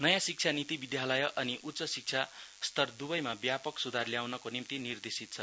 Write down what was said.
नयाँ शिक्षा निती विध्यालय अनि उच्च शिक्षा स्तर दुवैमा व्यापक सुधार ल्याउनको निम्ति निर्देशित छ